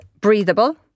breathable